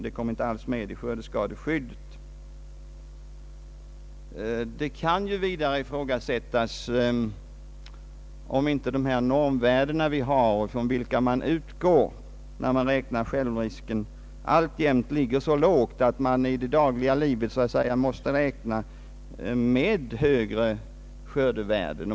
Det kan vidare ifrågasättas om inte de normvärden från vil ka man utgår när självrisken beräknas alltjämt ligger så lågt att den verkliga förlusten i realiteten blir större än självrisken.